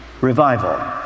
Revival